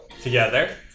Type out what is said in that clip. together